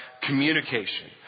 communication